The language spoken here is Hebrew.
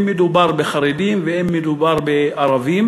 אם מדובר בחרדים ואם מדובר בערבים.